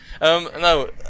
No